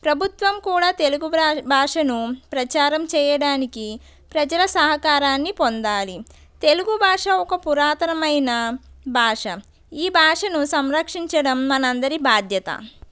ప్రభుత్వం కూడా తెలుగు వ్రా భాషను ప్రచారం చేయడానికి ప్రజల సహకారాన్ని పొందాలి తెలుగు భాష ఒక పురాతనమైన భాష ఈ భాషను సంరక్షించడం మన అందరి బాధ్యత